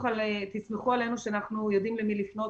תסמכו עלינו שאנחנו יודעים למי לפנות